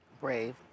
Brave